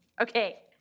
Okay